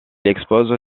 expose